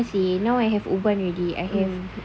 ah seh now I have uban already I have